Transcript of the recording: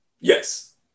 Yes